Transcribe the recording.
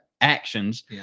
actions